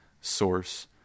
source